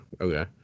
okay